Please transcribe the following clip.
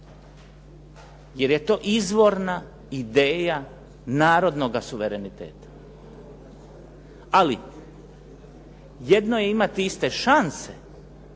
jer je to izvorna ideja narodnoga suvereniteta. Ali jedno je imati iste šanse,